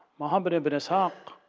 mohammad ad-min-is hah-ck